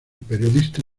periodista